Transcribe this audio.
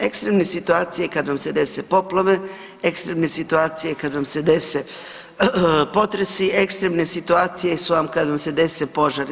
Ekstremne situacije kad vam se dese poplave, ekstremne situacije kad vam se dese potresi, ekstremne situacije su vam kad vam se dese požari.